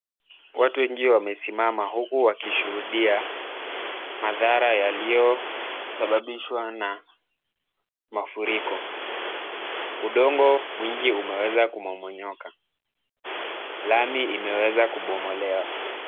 Watu wengi wamesimama huku wakishuhudia madhara yaliyosababishwa na mafuriko. Udongo mwingi umeweza kumomonyoka. Lami imeweza kubomolewa.